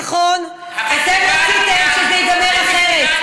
נכון, אתם רציתם שזה ייגמר אחרת.